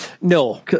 No